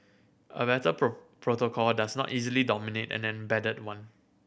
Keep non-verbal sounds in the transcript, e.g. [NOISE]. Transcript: a better [UNINTELLIGIBLE] protocol does not easily dominate an embedded one